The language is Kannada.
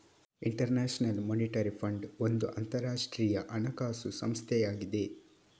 ಇಂಟರ್ ನ್ಯಾಷನಲ್ ಮಾನಿಟರಿ ಫಂಡ್ ಒಂದು ಅಂತರಾಷ್ಟ್ರೀಯ ಹಣಕಾಸು ಸಂಸ್ಥೆಯಾಗಿದೆ